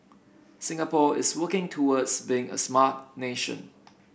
Singapore is working towards being a Smart Nation